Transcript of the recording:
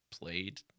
played